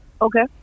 Okay